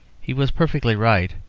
he was perfectly right,